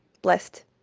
blessed